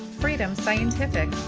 freedom scientific,